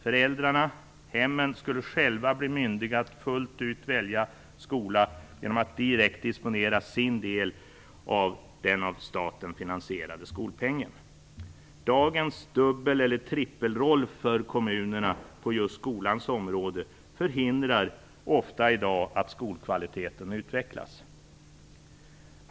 Föräldrarna, hemmen, skulle själva bli myndiga att fullt ut välja skola genom att direkt disponera sin del av den av staten finansierade skolpengen. Dagens dubbel eller trippelroll för kommunerna på just skolans område förhindrar i dag ofta att skolkvaliteten utvecklas.